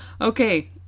Okay